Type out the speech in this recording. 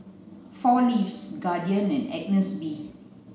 four Leaves Guardian and Agnes B